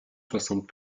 soixante